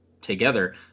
together